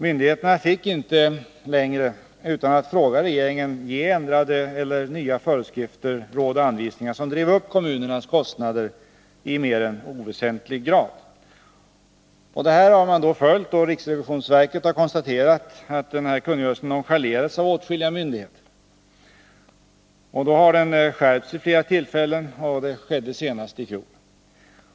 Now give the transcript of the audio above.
Myndigheterna fick inte längre utan att fråga regeringen ge ändrade eller nya föreskrifter, råd och anvisningar som drev upp kommun ernas kostnader i mer än oväsentlig grad. Den här kungörelsen har man följt, men riksrevisionsverket har konstaterat att den har nonchalerats av åtskilliga myndigheter. Den har därför skärpts vid flera tillfällen, senast i fjol.